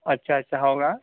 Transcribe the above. अच्छा अच्छा हो का